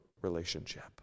relationship